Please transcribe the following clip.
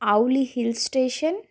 ఆవులి hill station